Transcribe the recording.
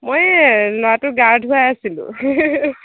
মই এই ল'ৰাটো গা ধুৱাই আছিলোঁ